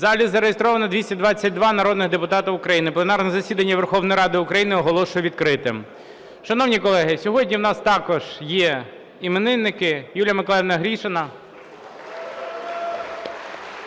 У залі зареєстровано 222 народних депутати України. Пленарне засідання Верховної Ради України оголошую відкритим. Шановні колеги, сьогодні у нас також є іменинники: Юлія Миколаївна Гришина